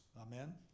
Amen